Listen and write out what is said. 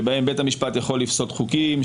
שבהם בית המשפט יכול לפסול חוקים,